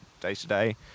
day-to-day